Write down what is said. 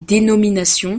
dénominations